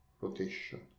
rotation